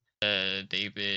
David